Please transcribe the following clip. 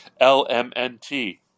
LMNT